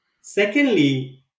Secondly